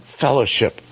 fellowship